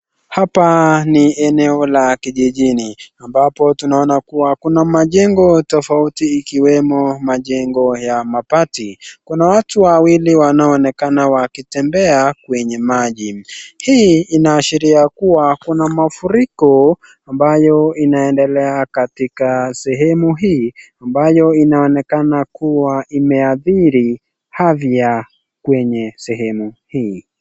Hapa ni eneo la kijijini ambapo tunaona kuwa kuna majengo tofauti ikiwemo majengo ya mabati. Kuna watu wawili wanaonekana wakitembea kwenye maji. Hii inaashiria kuwa kuna mafuriko ambayo inaendelea katika sehemu hii ambayo inaonekana kuwa imeathiri afya kwenye sehemu hii.